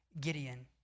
Gideon